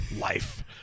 life